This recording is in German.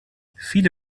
viele